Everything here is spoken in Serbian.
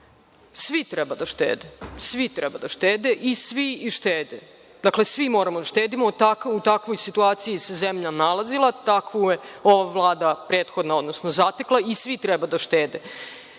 Svi treba da štede, svi treba da štede i svi i štede. Dakle, svi moramo da štedimo, u takvoj situaciji se zemlja nalazila, takvu je ova Vlada, odnosno prethodna zatekla i svi treba da štede. Što